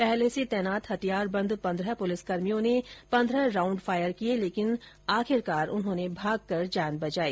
पहले से तैनात हथियारबंद पन्द्रह पुलिसकर्मियों ने पन्द्रह राउण्ड फायर किए लेकिन आखिरकार उन्होंने भागकर जान बचाई